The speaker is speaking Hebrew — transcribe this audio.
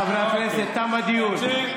חברי הכנסת, תם הדיון.